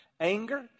anger